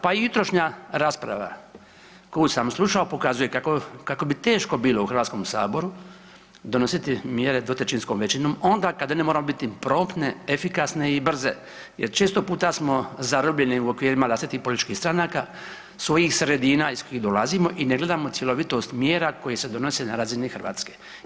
Pa i jutrošnja rasprava koju sam slušao pokazuje kako bi teško bilo u HS-u donositi mjere dvotrećinskom većinom onda kad one moraju biti promptne, efikasne i brze jer često puta smo zarobljeni u okvirima vlastitih političkih stranaka svojih sredina iz kojih dolazimo i ne gledamo cjelovitost mjera koje se donose na razini Hrvatske.